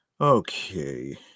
Okay